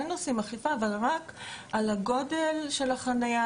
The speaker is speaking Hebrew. עושים אכיפה אבל רק על הגודל של החניה,